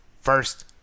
first